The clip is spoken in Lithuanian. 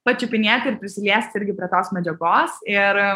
pačiupinėti ir prisiliesti irgi prie tos medžiagos ir